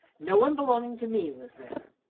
no one belonging to me was there.